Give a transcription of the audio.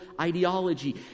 ideology